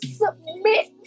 submit